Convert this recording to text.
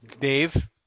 Dave